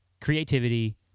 creativity